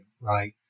right